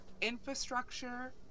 infrastructure